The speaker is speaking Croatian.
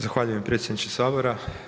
Zahvaljujem predsjedniče Sabora.